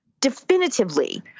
definitively